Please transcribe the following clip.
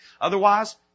Otherwise